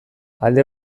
alde